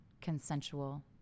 consensual